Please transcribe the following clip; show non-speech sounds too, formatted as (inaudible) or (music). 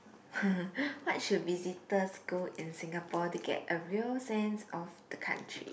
(laughs) where should visitors go in Singapore to get a real sense of the country